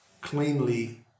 cleanly